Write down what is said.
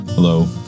Hello